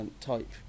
type